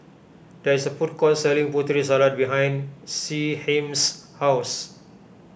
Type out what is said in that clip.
there is a food court selling Putri Salad behind Shyheim's house